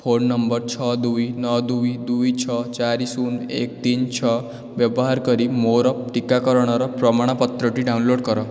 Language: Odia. ଫୋନ୍ ନମ୍ବର୍ ଛଅ ଦୁଇ ନଅ ଦୁଇ ଦୁଇ ଛଅ ଚାରି ଶୂନ ଏକ ତିନି ଛଅ ବ୍ୟବହାର କରି ମୋର ଟୀକାକରଣର ପ୍ରମାଣପତ୍ରଟି ଡାଉନ୍ଲୋଡ଼୍ କର